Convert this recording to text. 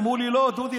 אמרו לי: דודי,